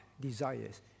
desires